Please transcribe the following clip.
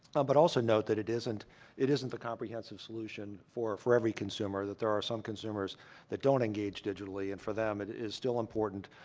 um but i also note that it isn't it isn't the comprehensive solution for for every consumer, that there are some consumers that don't engage digitally, and for them, it is still important,